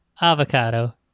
avocado